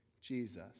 Jesus